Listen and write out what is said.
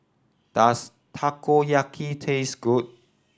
does Takoyaki taste good